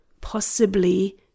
Possibly